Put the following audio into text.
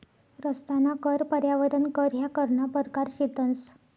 रस्ताना कर, पर्यावरण कर ह्या करना परकार शेतंस